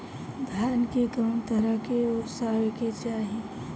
धान के कउन तरह से ओसावे के चाही?